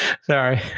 Sorry